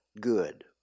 good